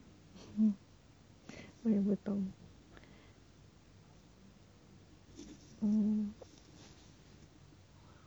um 我也不懂嗯